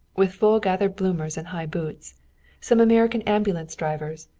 with full-gathered bloomers and high boots some american ambulance drivers,